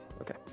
Okay